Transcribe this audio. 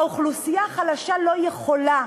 האוכלוסייה החלשה לא יכולה.